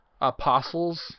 Apostles